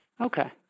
Okay